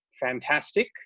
fantastic